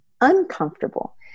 uncomfortable